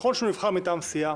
נכון שהוא נבחר מטעם סיעה,